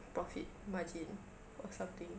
profit margin or something